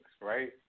right